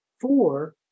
four